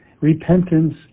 Repentance